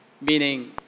meaning